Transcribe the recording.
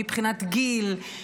מבחינת גיל,